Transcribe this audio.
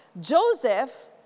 Joseph